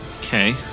Okay